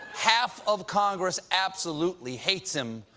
half of congress absolutely hates him,